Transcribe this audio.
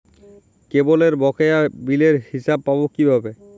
কেবলের বকেয়া বিলের হিসাব পাব কিভাবে?